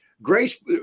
Grace